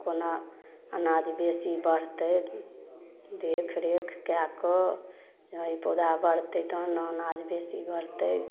कोना अनाज बेसी बढ़तै देख रेख कए कऽ जेना ई पौधा बढ़तै तहन अनाज बेसी बढ़तै